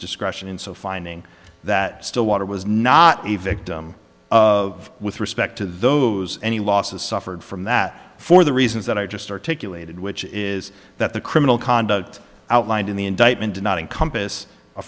discretion in so finding that stillwater was not a victim of with respect to those any losses suffered from that for the reasons that i just articulated which is that the criminal conduct outlined in the indictment did not in compass